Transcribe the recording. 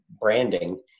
branding